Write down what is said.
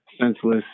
senseless